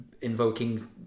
invoking